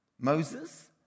Moses